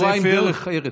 תורה עם דרך ארץ,